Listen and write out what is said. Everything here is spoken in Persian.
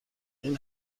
این